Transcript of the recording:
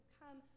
come